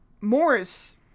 Morris